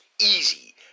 Easy